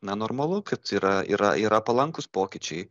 na normalu kad yra yra yra palankūs pokyčiai